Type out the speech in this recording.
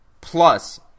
plus